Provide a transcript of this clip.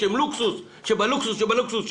שהן לוקסוס שבלוקסוס שבלוקסוס,